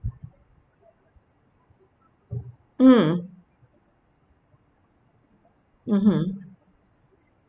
mm mmhmm